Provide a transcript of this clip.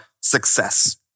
success